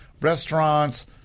restaurants